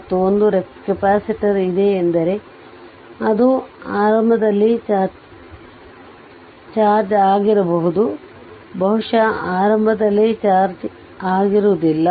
ಮತ್ತು ಒಂದು ಕೆಪಾಸಿಟರ್ ಇದೆ ಎಂದರೆ ಅದು ಆರಂಭದಲ್ಲಿ ಚಾರ್ಜ್ ಆಗಿರಬಹುದು ಬಹುಶಃ ಆರಂಭದಲ್ಲಿ ಚಾರ್ಜ್ ಆಗುವುದಿಲ್ಲ